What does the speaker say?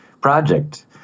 project